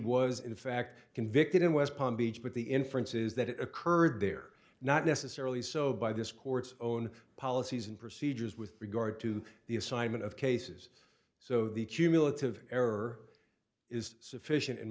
was in fact convicted in west palm beach but the inference is that it occurred there not necessarily so by this court's own policies and procedures with regard to the assignment of cases so the cumulative error is sufficient in